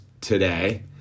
today